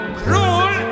cruel